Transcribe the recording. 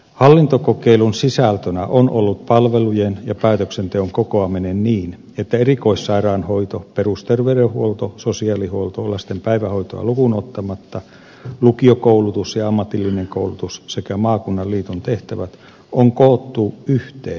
hallintokokeilun sisältönä on ollut palvelujen ja päätöksenteon kokoaminen niin että erikoissairaanhoito perusterveydenhuolto sosiaalihuolto lasten päivähoitoa lukuun ottamatta lukiokoulutus ja ammatillinen koulutus sekä maakunnan liiton tehtävät on koottu yhteen maakuntatasolla